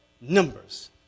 Numbers